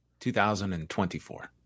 2024